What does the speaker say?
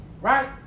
right